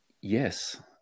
yes